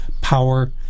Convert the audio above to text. power